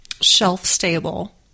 shelf-stable